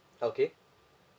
okay